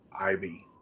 ivy